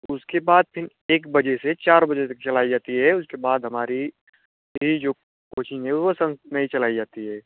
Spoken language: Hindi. उसके बाद फिर एक बजे से चार बजे तक चलाई जाती है उसके बाद हमारी यह जो कोचिंग है वह नहीं चलाई जाती है